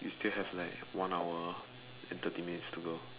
you still have like one hour and thirty minutes to go